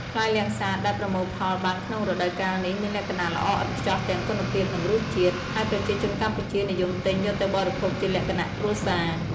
ផ្លែលាំងសាតដែលប្រមូលផលបានក្នុងរដូវកាលនេះមានលក្ខណៈល្អឥតខ្ចោះទាំងគុណភាព និងរសជាតិ ហើយប្រជាជនកម្ពុជានិយមទិញយកទៅបរិភោគជាលក្ខណៈគ្រួសារ។